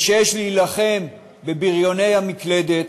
ויש להילחם בבריוני המקלדת,